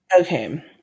Okay